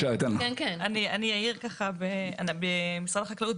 משרד החקלאות,